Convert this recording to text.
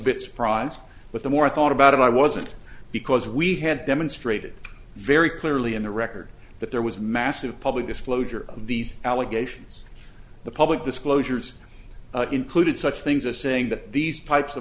bit surprised but the more i thought about it i wasn't because we had demonstrated very clearly in the record that there was massive public disclosure of these allegations the public disclosures included such things as saying that these types of